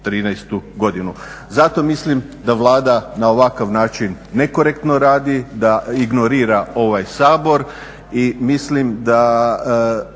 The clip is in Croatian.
2013. godinu. Zato mislim da Vlada na ovakav način nekorektno radi, da ignorira ovaj Sabor i mislim da